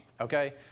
okay